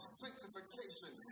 sanctification